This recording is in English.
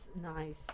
nice